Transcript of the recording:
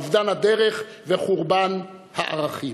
אובדן הדרך וחורבן הערכים.